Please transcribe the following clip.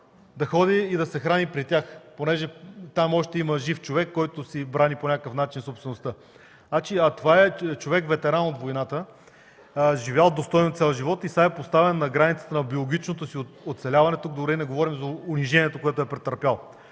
да ходи и се храни при тях. Там все пак има жив човек, който си брани по някакъв начин собствеността. Това е човек, ветеран от войната, живял достойно цял живот, а сега е поставен на границата на биологичното си оцеляване, тук не говоря за унижението, което е претърпял.